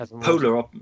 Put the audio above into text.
Polar